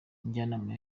njyanama